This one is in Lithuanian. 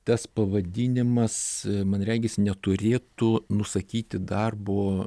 tas pavadinimas man regis neturėtų nusakyti darbo